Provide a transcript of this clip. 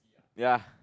ya